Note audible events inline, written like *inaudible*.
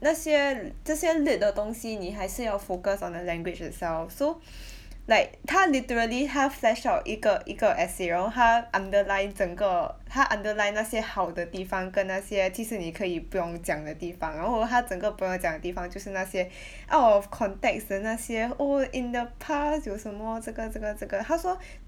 那些 l~ 这些 lit 的东西你还是要 focus on the language itself so *breath* like 他 literally 他 flash out 一个一个 essay 然后他 underline 整个他 underline 那些好的地方跟那些其实你可以不用讲的地方然后他整个不用讲的地方就是那些 *breath* out of context 的那些 oh in the past 有什么这个这个这个他说 *breath*